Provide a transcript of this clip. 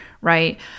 right